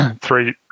three